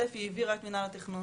אל"ף היא העבירה את מינהל התכנון,